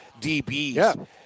DBs